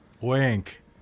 Wink